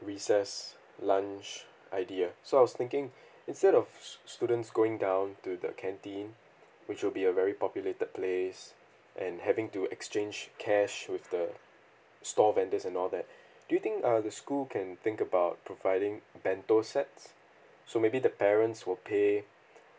recess lunch idea so I was thinking instead of s~ students going down to the canteen which would be a very populated place and having to exchange cash with the store vendors and all that do you think uh the school can think about providing bento sets so maybe the parents will pay